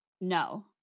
No